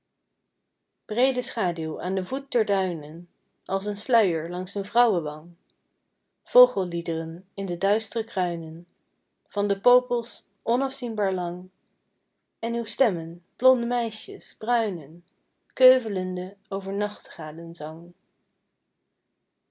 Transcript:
breede schaduw aan den voet der duinen als een sluier langs een vrouwewang vogelliederen in de duistre kruinen van de popels onafzienbaar lang en uw stemmen blonde meisjes bruinen keuvelende over